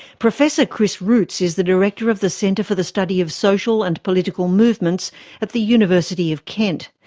professor chris rootes is the director of the centre for the study of social and political movements at the university of kent.